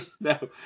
No